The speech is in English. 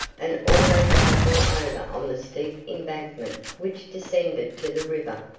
and almost topple over on the steep embankment which descended to the river.